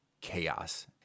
chaos